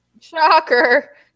Shocker